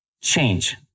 change